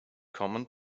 common